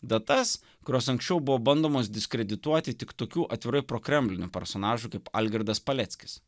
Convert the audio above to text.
datas kurios anksčiau buvo bandomos diskredituoti tik tokių atvirai prokremlinių personažų kaip algirdas paleckis